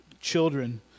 Children